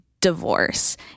divorce